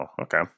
okay